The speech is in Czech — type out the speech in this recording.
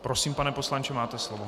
Prosím, pane poslanče, máte slovo.